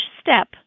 step